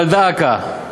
דא עקא,